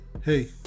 hey